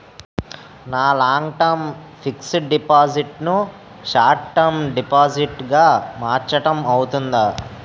నా long term fixed deposit ను short term deposit గా మార్చటం అవ్తుందా?